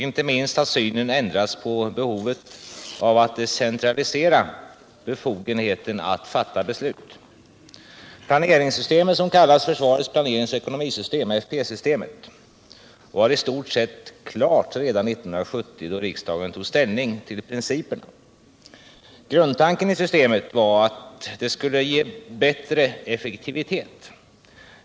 Inte minst har synen ändrats på behov av att decentralisera befogenheten att fatta beslut. Planeringssystemet, som kallas försvarets planeringsoch ekonomisystem —- FPE-systemet —, var i stort klart redan 1970 då riksdagen tog ställning till principerna. Grundtanken i systemet var att det skulle ge bättre effektivitet.